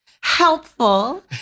helpful